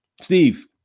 Steve